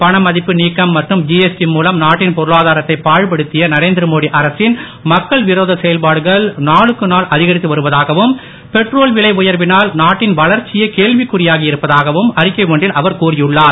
பணமதிப்பு நீக்கம் மற்றும் ஜிஎஸ்டி மூலம் நாட்டின் பொருளாதாரத்தை பாழ்படுத்திய நரேந்திரமோடி அரசின் மக்கள் விரோத செயல்பாடுகள் நாடுக்கு நாள் அதிகரித்து வருவதாகவும் பெட்ரோல் விலை உயர்வினால் நாட்டின் வளர்ச்சியே கேள்விக்குறியாகி இருப்பதாகவும் அறிக்கை ஒன்றில் அவர் கூறியுள்ளார்